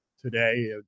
today